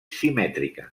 simètrica